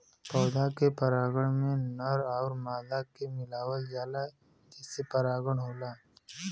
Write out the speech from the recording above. पौधा के परागण में नर आउर मादा के मिलावल जाला जेसे परागण होला